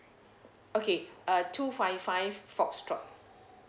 okay uh two five five foxtrot